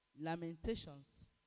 Lamentations